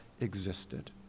existed